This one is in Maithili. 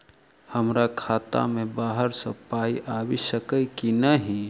हमरा खाता मे बाहर सऽ पाई आबि सकइय की नहि?